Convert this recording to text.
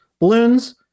balloons